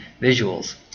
visuals